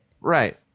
Right